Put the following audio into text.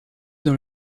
dans